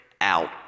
out